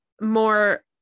more